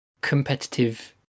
competitive